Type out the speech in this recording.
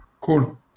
Cool